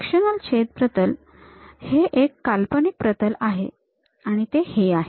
sectional छेद प्रतल हे एक काल्पनिक प्रतल आहे आणि ते हे आहे